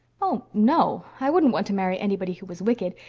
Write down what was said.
oh, no. i wouldn't want to marry anybody who was wicked,